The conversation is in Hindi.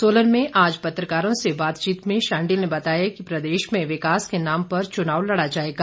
सोलन में आज पत्रकारों से बातचीत में शांडिल ने बताया कि प्रदेश में विकास के नाम पर चुनाव लड़ा जाएगा